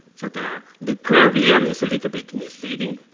so the the curve here is a little bit misleading,